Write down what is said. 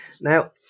now